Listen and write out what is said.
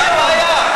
מה הבעיה?